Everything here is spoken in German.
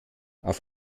auf